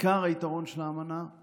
עיקר היתרון של האמנה הוא